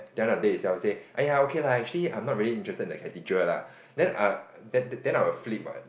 then the day itself say !aiya! okay lah actually I am not really interested in the cathedral lah then I then then I will flip what